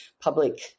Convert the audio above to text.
public